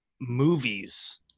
movies